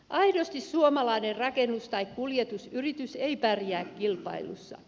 aidosti suomalainen rakennus tai kuljetusyritys ei pärjää kilpailussa